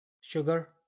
sugar